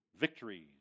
victories